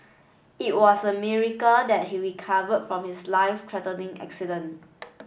it was a miracle that he recovered from his life threatening accident